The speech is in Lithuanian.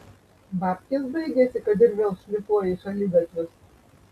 babkės baigėsi kad ir vėl šlifuoji šaligatvius